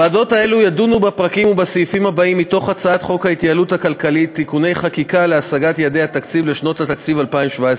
וכשעברתי להצבעות דובר באמת על הפיצול ועל הוועדה של אלי כהן.